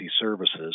services